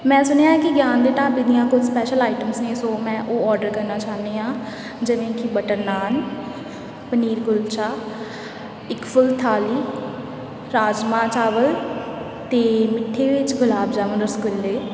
ਮੈਂ ਸੁਣਿਆ ਕਿ ਗਿਆਨ ਦੇ ਢਾਬੇ ਦੀਆਂ ਕੋਈ ਸਪੈਸ਼ਲ ਆਈਟਮਸ ਨੇ ਸੋ ਮੈਂ ਉਹ ਓਰਡਰ ਕਰਨਾ ਚਾਹੁੰਦੀ ਹਾਂ ਜਿਵੇਂ ਕਿ ਬਟਰ ਨਾਨ ਪਨੀਰ ਕੁਲਚਾ ਇੱਕ ਫੁੱਲ ਥਾਲੀ ਰਾਜਮਾ ਚਾਵਲ ਅਤੇ ਮਿੱਠੇ ਵਿੱਚ ਗੁਲਾਬ ਜਾਮੁਣ ਰਸਗੁੱਲੇ